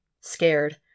Scared